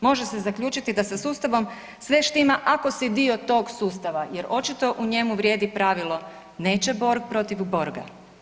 Može se zaključiti da sa sustavom sve štima ako si dio tog sustava jer očito u njemu vrijedi pravilo „neće borg protiv borga“